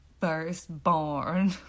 Firstborn